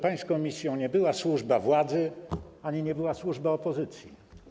Pańską misją nie była służba władzy ani nie była służba opozycji.